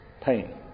Pain